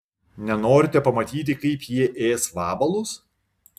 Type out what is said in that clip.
nenorite pamatyti kaip jie ės vabalus